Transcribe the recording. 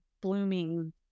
blooming